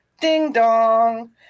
Ding-dong